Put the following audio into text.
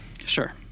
Sure